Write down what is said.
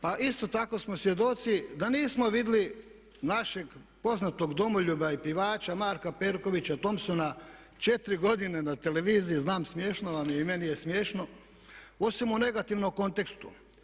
Pa isto tako smo svjedoci da nismo vidjeli našeg poznatog domoljuba i pjevača Marka Perkovića Thompsona 4 godine na televiziji, znam smiješno vam je, i meni je smiješno, osim u negativnom kontekstu.